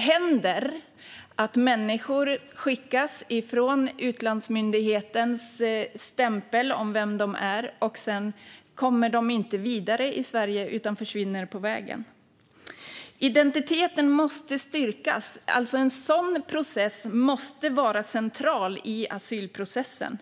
händer nämligen att människor skickas hit med utlandsmyndighetens stämpel på vilka de är, och sedan kommer de inte vidare i Sverige utan försvinner på vägen. Identiteten måste styrkas. En sådan process måste vara central i asylprocessen.